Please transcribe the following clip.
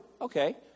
Okay